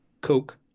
Coke